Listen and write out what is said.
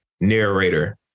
narrator